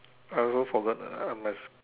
I also forgot I must